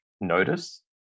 notice